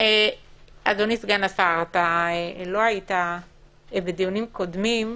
אדוני סגן השר, לא היית בדיונים קודמים.